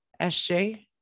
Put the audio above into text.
SJ